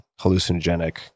hallucinogenic